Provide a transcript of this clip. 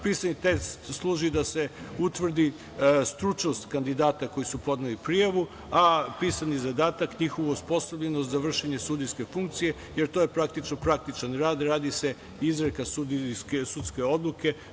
Pisani tekst služi da se utvrdi stručnost kandidata koji su podneli prijavu, a pisani zadatak njihovu osposobljenost za vršenje sudijske funkcije, jer to je praktični rad, radi se izreka sudijske odluke.